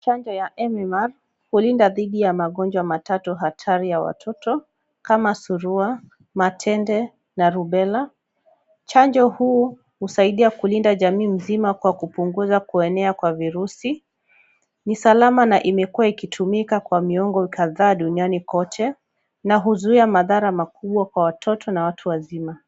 Chanjo ya MMR hulinda dhidi ya magonjwa matatu hatari ya watoto, kama surua, matende na rubela. Chanjo huu husadia kulinda jamii mzima kwa kupunguza kuenea kwa virusi. Ni salama na imekua ikitumika kwa miongo kadhaa duniani kote na huzuia madhara makubwa kwa watoto na watu wazima.